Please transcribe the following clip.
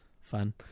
fun